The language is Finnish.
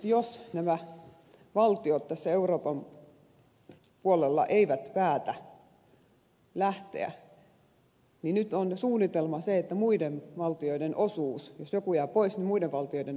jos nämä valtiot tässä euroopan puolella eivät päätä lähteä niin nyt on suunnitelma se että jos joku jää pois niin muiden valtioiden osuus kasvaa